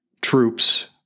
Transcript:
troops